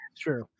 True